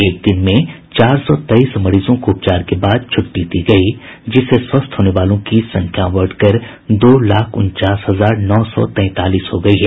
एक दिन में चार सौ तेईस मरीजों को उपचार के बाद छुट्टी दी गई जिससे स्वस्थ होने वालों की संख्या बढ़कर दो लाख उनचास हजार नौ सौ तैंतालीस हो गई है